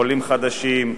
עולים חדשים,